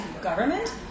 government